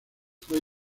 fue